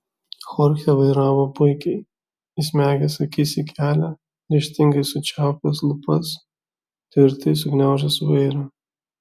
chorchė vairavo puikiai įsmeigęs akis į kelią ryžtingai sučiaupęs lūpas tvirtai sugniaužęs vairą